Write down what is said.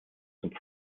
zum